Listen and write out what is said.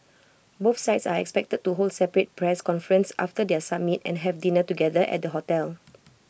both sides are expected to hold separate press conferences after their summit and have dinner together at the hotel